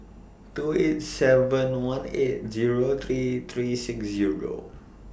two eight seven one eight Zero three three six Zero